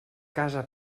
casa